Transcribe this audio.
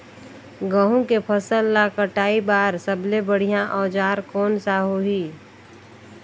गहूं के फसल ला कटाई बार सबले बढ़िया औजार कोन सा होही?